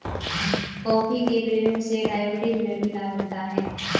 coffee के प्रयोग से डायबिटीज में भी लाभ मिलता है